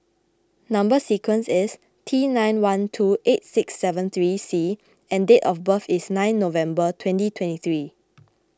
Number Sequence is T nine one two eight six seven three C and date of birth is nine November twenty twenty three